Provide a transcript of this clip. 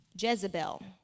Jezebel